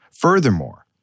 Furthermore